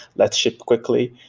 let's ship quickly.